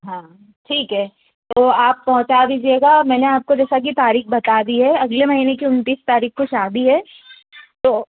हाँ ठीक है तो आप पहुँचा दीजिएगा मैंने आपको जैसा कि तारीख बता दी है अगले महीने की उन्तीस तारीख को शादी है तो